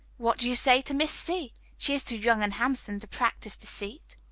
what do you say to miss c? she is too young and handsome to practise deceit.